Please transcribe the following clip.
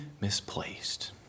misplaced